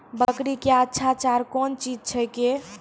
बकरी क्या अच्छा चार कौन चीज छै के?